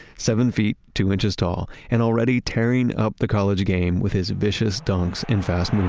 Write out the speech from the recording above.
seven feet, two inches tall and already tearing up the college game with his vicious dunks and fast